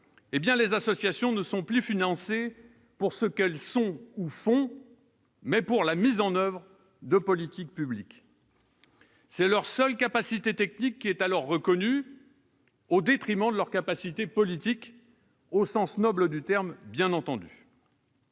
les associations sont financées non plus pour ce qu'elles sont ou font, mais pour la mise en oeuvre de politiques publiques. Seule leur capacité technique est alors reconnue, au détriment de leur capacité politique, au sens noble du terme, bien entendu.